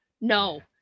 no